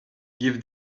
give